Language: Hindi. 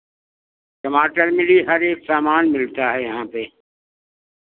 टमाटर मिली हर एक सामान मिलता है यहाँ पे